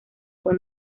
fue